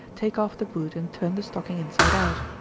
take off the boot and turn the stocking inside out.